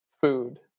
food